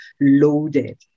loaded